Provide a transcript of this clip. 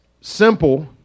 simple